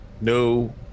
no